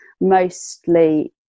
mostly